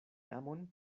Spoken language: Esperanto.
amon